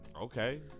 Okay